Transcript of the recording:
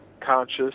conscious